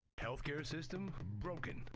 healthcare system, broken.